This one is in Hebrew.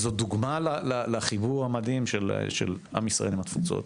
זו דוגמה לחיבור המדהים של עם ישראל עם התפוצות.